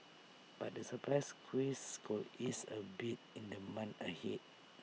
but the supply squeeze could ease A bit in the months ahead